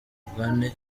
umugani